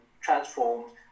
transformed